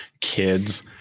kids